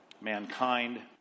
mankind